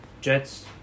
Jets